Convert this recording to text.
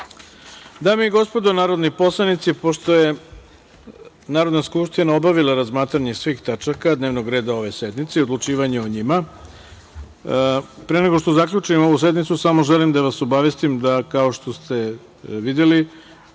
i gospodo narodni poslanici, pošto je Narodna skupština obavila razmatranje svih tačaka dnevnog reda ove sednice i odlučivanje o njima, pre nego što zaključimo ovu sednicu samo želim da vas obavestim, da kao i što ste videli,